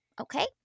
Okay